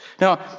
Now